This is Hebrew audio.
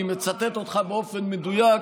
אני מצטט אותך באופן מדויק.